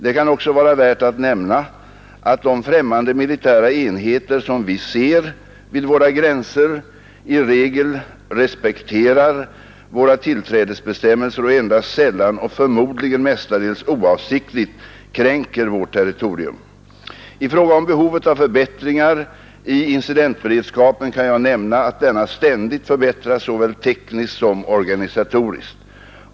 Det kan också vara värt att nämna att de främmande militära enheter som vi ser vid våra gränser i regel respekterar våra tillträdesbestämmelser och endast sällan och förmodligen mestadels oavsiktligt kränker vårt territorium. I fråga om behovet av förbättringar i incidentberedskapen kan jag nämna, att denna ständigt förbättras såväl tekniskt som organisatoriskt.